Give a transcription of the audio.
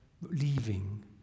leaving